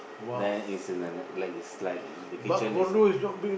then it's in a like is like in the kitchen is a